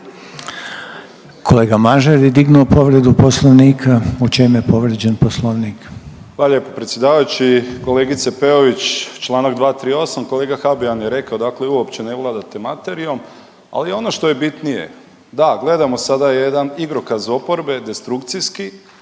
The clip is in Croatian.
Kolega Mažar je dignuo povredu Poslovnika. U čem je povrijeđen Poslovnik? **Mažar, Nikola (HDZ)** Hvala lijepo predsjedavajući. Kolegice Peović članak 238. Kolega Habijan je rekao, dakle vi uopće ne vladate materijom. Ali ono što je bitnije, da gledamo sada jedan igrokaz oporbe destrukcijski